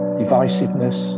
divisiveness